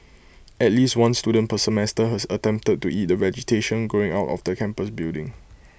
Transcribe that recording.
at least one student per semester has attempted to eat the vegetation growing out of the campus building